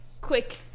quick